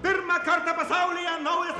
pirmą kartą pasaulyje naujas